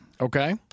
Okay